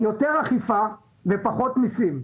יותר אכיפה ופחות מסים.